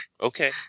okay